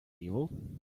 evil